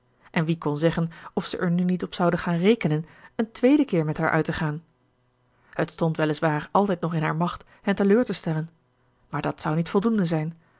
en wie kon zeggen of ze er nu niet op zouden gaan rekenen een tweeden keer met haar uit te gaan het stond wel is waar altijd nog in haar macht hen teleur te stellen maar dat zou niet voldoende zijn